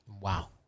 Wow